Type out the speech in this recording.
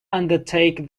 undertake